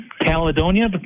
Caledonia